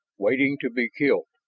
waiting to be killed.